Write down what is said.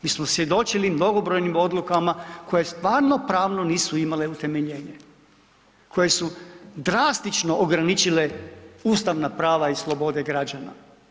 Mi smo svjedočili mnogobrojnim odlukama koje stvarno pravno nisu imale utemeljenje, koje su drastično ograničile ustavna prava i slobode građana.